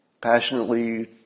passionately